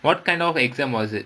what kind of exam was it